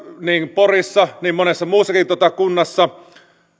porissa kuin monessa muussakin kunnassa